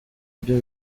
byo